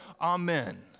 Amen